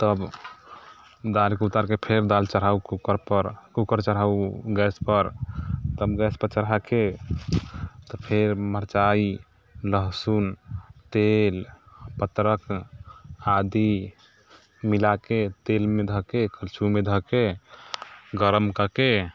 तब दालिके उतारिके फेर दालि चढ़ाउ कूकरपर कूकर चढ़ाउ गैसपर तब गैसपर चढ़ाके तऽ फेर मिरचाइ लहसुन तेल पत्रक आदी मिलाके तेलमे धऽ के फेर करछुमे धऽके गरम कऽ के